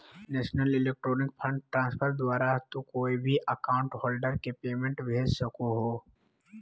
national electronic fund transfer द्वारा तू कोय भी अकाउंट होल्डर के पेमेंट भेज सको हो